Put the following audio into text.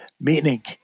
meaning